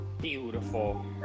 Beautiful